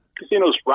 casinos